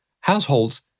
households